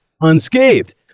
unscathed